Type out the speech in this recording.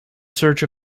search